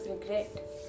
regret